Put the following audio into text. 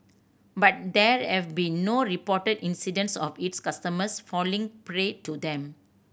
but there have been no reported incidents of its customers falling prey to them